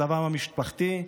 מצבם המשפחתי,